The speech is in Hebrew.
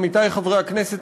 עמיתי חברי הכנסת,